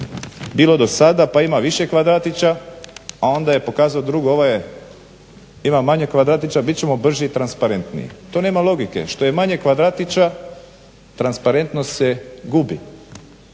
bilo do sada pa ima više kvadratića a onda je pokazao drugu, ova ima manje kvadratića. Bit ćemo brži i transparentniji. To nema logike. Što je manje kvadratića, transparentnost se gubi.